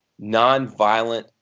nonviolent